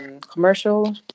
commercial